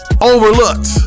overlooked